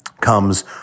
comes